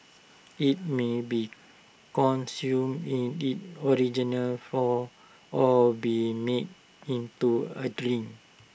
IT may be consumed in its original form or be made into A drink